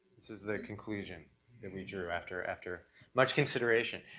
this is the conclusion that we drew, after, after much consideration.